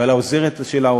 ולעוזרת שלה,